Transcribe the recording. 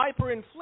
hyperinflation